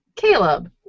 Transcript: Caleb